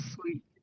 sweet